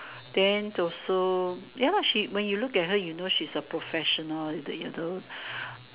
then also ya lah she when you look at her you know she's a professional the you do